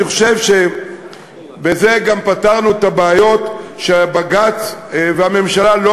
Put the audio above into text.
אני חושב שבזה גם פתרנו את הבעיה שבג"ץ והממשלה לא